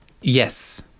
Yes